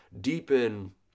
deepen